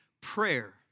prayer